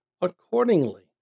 Accordingly